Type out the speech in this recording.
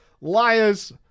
Liars